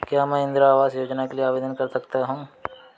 क्या मैं इंदिरा आवास योजना के लिए आवेदन कर सकता हूँ?